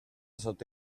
sotto